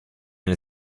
nel